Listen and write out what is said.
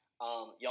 y'all